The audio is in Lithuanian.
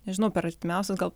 nežinau per artimiausius gal